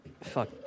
Fuck